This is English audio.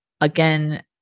again